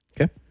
Okay